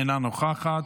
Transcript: אינה נוכחת,